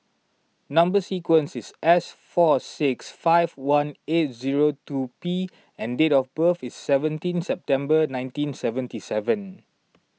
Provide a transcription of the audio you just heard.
Number Sequence is S four six five one eight zero two P and date of birth is seventeen September nineteen seventy seven